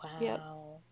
wow